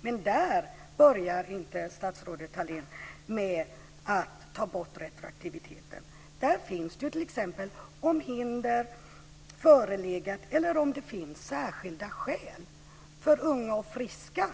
Men där börjar inte statsrådet Thalén med att ta bort retroaktiviteten. Där finns den t.ex. om hinder förelegat eller om det finns särskilda skäl. För unga och friska